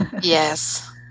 yes